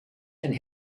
and